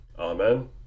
Amen